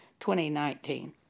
2019